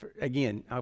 Again